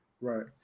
right